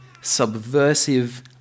subversive